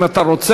אם אתה רוצה.